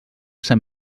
sant